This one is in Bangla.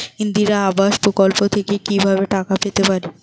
ইন্দিরা আবাস প্রকল্প থেকে কি ভাবে টাকা পেতে পারি?